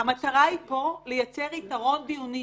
המטרה פה היא לייצר יתרון דיוני.